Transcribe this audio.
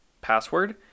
password